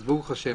אז ברוך השם,